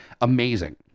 Amazing